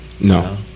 No